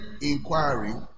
inquiry